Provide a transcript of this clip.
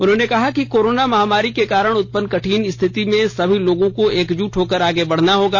उन्होंने कहा कि कोरोना महामारी के कारण उत्पन्न कठिन स्थिति में सभी लोगों को एकजुट होकर आगे बढ़ना होगा